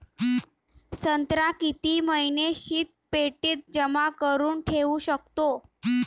संत्रा किती महिने शीतपेटीत जमा करुन ठेऊ शकतो?